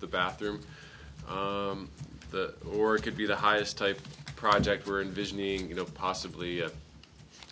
the bathroom the or it could be the highest type of project we're envisioning you know possibly